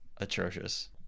atrocious